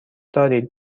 دارید